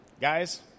Guys